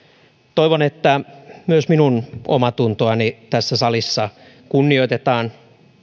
toivon että myös minun omaatuntoani tässä salissa kunnioitetaan